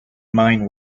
mine